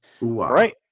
right